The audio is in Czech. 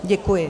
Děkuji.